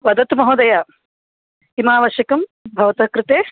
वदतु महोदय किमावश्यकं भवतः कृते